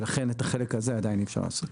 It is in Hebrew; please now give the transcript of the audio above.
ולכן את החלק הזה עדיין אי אפשר לעשות.